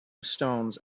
stones